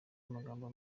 amagambo